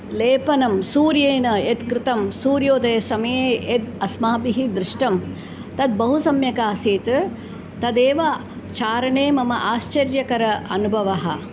लेपनं सूर्येण यत् कृतं सूर्योदयसमये यद् अस्माभिः दृष्टं तद् बहु सम्यक् आसीत् तदेव चारणे मम आश्चर्यकरः अनुभवः